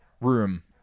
room